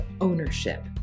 ownership